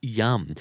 yum